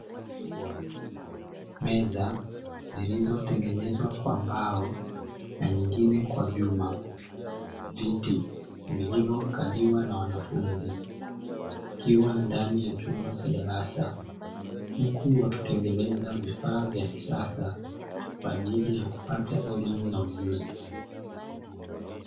Meza zilizotengenezwa kwa mbao na nyingine kwa vyuma, viti viliyokaliwa na wanafunzi vikiwa ndani ya chumba cha darasa, huku wakitengeneza vifaa vya kisasa kwa ajili ya kupata elimu na ujuzi.